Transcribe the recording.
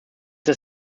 das